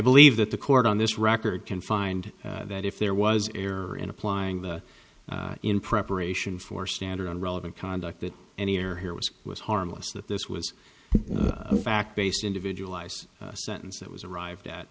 believe that the court on this record can find that if there was error in applying the in preparation for standard on relevant conduct that any or hear was was harmless that this was a fact based individual ice sentence that was arrived at